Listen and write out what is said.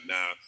Now